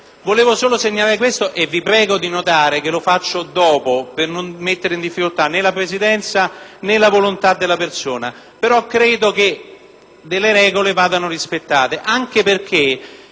Volevo solo segnalare questa anomalia e vi prego di notare che lo faccio dopo l'accadimento, per non mettere in difficoltà né la Presidenza, né la volontà della persona; ma credo che le regole vadano rispettate, anche perché